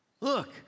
Look